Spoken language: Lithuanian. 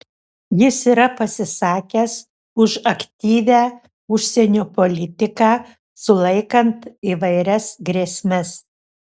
jis yra pasisakęs už aktyvią užsienio politiką sulaikant įvairias grėsmes